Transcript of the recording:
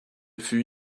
fut